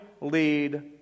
lead